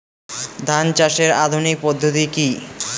ধান চাষের আধুনিক পদ্ধতি কি?